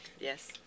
Yes